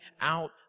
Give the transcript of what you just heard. out